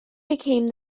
became